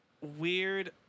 weird